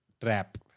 trap